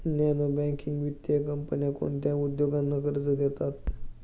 Non banking वित्तीय कंपन्या कोणत्या उद्योगांना कर्ज देतात?